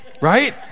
Right